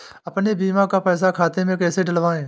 अपने बीमा का पैसा खाते में कैसे डलवाए?